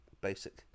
basic